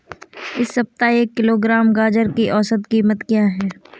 इस सप्ताह एक किलोग्राम गाजर की औसत कीमत क्या है?